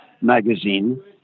magazine